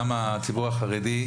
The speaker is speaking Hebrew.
גם הציבור החרדי,